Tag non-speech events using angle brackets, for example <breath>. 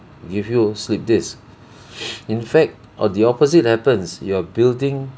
give you slipped disc <breath> in fact on the opposite happens you're building